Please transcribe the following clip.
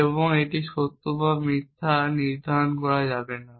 এটি একটি সত্য বা মিথ্যা মান নির্ধারণ করা যাবে না